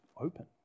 open